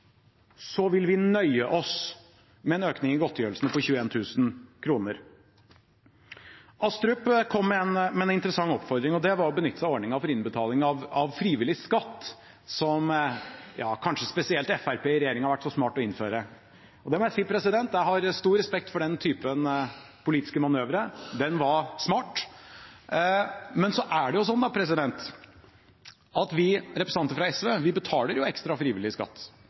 så smart å innføre. Det må jeg si: Jeg har stor respekt for den typen politiske manøvrer. Den var smart. Men så er det slik at vi representanter fra SV betaler ekstra frivillig skatt.